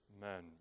men